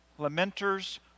lamenters